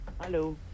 Hello